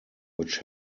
which